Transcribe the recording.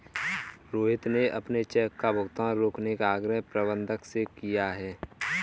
रोहित ने अपने चेक का भुगतान रोकने का आग्रह प्रबंधक से किया है